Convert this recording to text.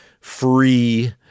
free